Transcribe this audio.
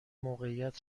موقعیت